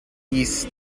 east